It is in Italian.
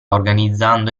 organizzando